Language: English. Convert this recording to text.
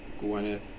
Gwyneth